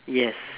yes